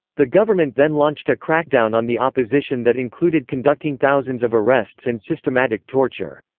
the government then launched a crackdown on the opposition that included conducting thousands of arrests and systematic torture.